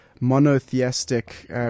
monotheistic